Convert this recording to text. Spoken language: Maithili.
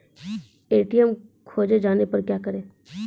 ए.टी.एम खोजे जाने पर क्या करें?